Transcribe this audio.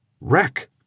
Wreck